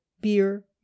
beer